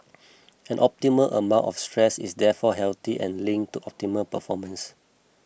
an optimal amount of stress is therefore healthy and linked to optimal performance